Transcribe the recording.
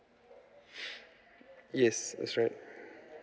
yes that's right